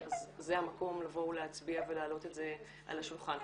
זה המקום להצביע ולהעלות את זה על השולחן.